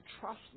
trust